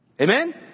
Amen